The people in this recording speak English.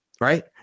right